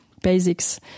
basics